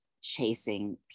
chasing